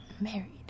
married